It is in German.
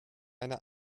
einer